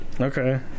Okay